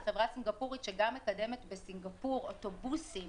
זו חברה סינגפורית שגם מקדמת בסינגפור אוטובוסים